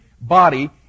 body